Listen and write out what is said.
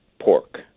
pork